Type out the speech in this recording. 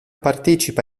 partecipa